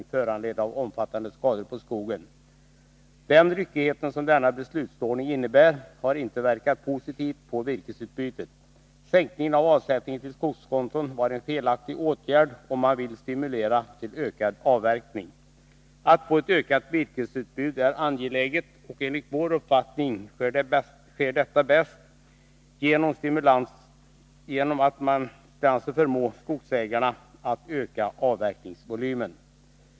Den ryckighet som denna beslutsordning innebär har inte verkat positivt på virkesutbudet. Sänkningen av avsättningen till skogskonton var en felaktig åtgärd, om man vill stimulera till ökad avverkning. Att få ett ökat virkesutbud är angeläget, och enligt vår uppfattning sker detta bäst genom att med stimulanser förmå skogsägarna att öka avverkningsvolymen.